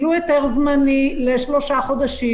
קיבלו היתר זמני לשלושה חודשים,